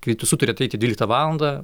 kai tu sutari ateiti dvyliktą valandą